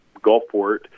Gulfport